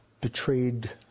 betrayed